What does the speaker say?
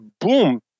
boom